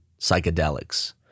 psychedelics